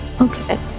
Okay